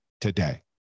today